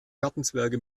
gartenzwerge